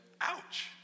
ouch